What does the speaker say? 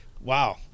wow